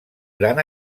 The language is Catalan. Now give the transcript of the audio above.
gran